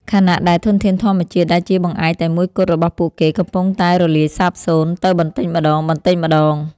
ខណៈដែលធនធានធម្មជាតិដែលជាបង្អែកតែមួយគត់របស់ពួកគេកំពុងតែរលាយសាបសូន្យទៅបន្តិចម្តងៗ។